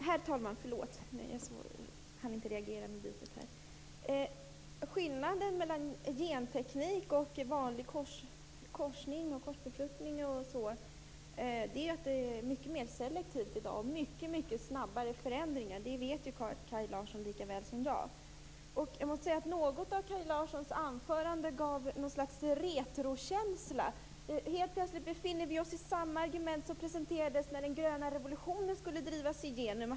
Herr talman! Skillnaden mellan genteknik och vanlig korsbefruktning är att det är mycket mer selektivt i dag. Det är mycket snabbare förändringar. Det vet Kaj Larsson lika väl som jag. Jag måste säga att något av Kaj Larssons anförande gav ett slags retrokänsla. Helt plötsligt befinner vi oss i samma argument som presenterades när den gröna revolutionen skulle drivas igenom.